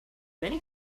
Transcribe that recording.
many